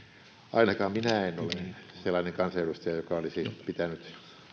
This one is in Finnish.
ainakaan minä en ole sellainen kansanedustaja joka olisi pitänyt